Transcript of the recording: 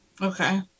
Okay